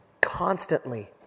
Constantly